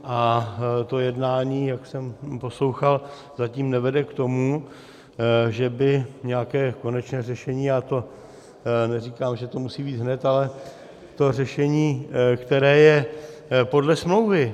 A to jednání, jak jsem poslouchal, zatím nevede k tomu, že by nějaké konečné řešení, neříkám, že to musí být hned, ale to řešení, které je podle smlouvy.